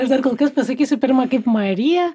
aš dar kol kas pasakysiu pirma kaip marija